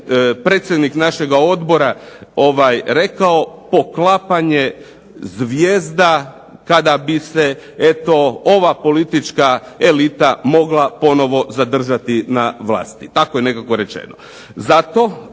predsjednik našega odbora rekao poklapanje zvijezda kada bi se eto ova politička elita mogla ponovo zadržati na vlasti. Tako je nekako rečeno.